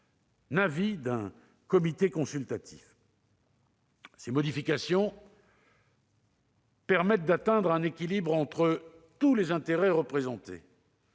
avis d'un comité consultatif. Ces modifications permettent d'atteindre un équilibre entre tous les intérêts représentés.